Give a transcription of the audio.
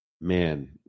man